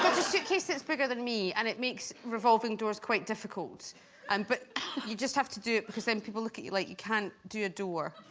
suitcase that's bigger than me and it makes revolving doors quite difficult and but you just have to do it because then people look at you like you can't do a door